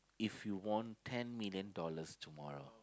if you won ten million dollars tomorrow